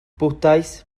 bwdhaeth